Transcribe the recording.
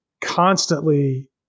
constantly